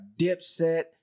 Dipset